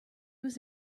was